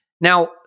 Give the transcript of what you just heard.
Now